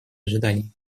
ожиданий